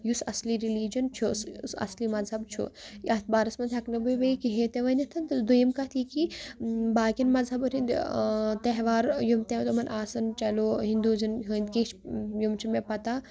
یُس اَصٕلی ریلِجن چھُ یُس اَصٕلی مَزہب چھُ یِتھ بارَس منٛز ہیٚکہٕ نہٕ بہٕ بیٚیہِ کِہینۍ تہِ ؤنِتھ دوٚیُم کَتھ یہِ کہِ باقین مَزہبن ہِندۍ تہوار یِم تہِ یِمن آسن چلو یِندُوزن یِم چھِ مےٚ پَتہ